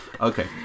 Okay